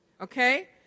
okay